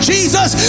Jesus